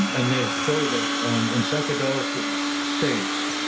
and they show that in psychedelic states,